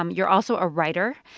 um you're also a writer.